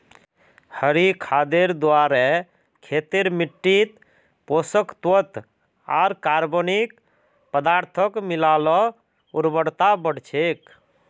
हरी खादेर द्वारे खेतेर मिट्टित पोषक तत्त्व आर कार्बनिक पदार्थक मिला ल उर्वरता बढ़ छेक